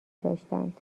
داشتند